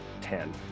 ten